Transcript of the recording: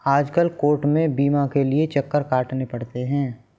आजकल कोर्ट में बीमा के लिये चक्कर काटने पड़ते हैं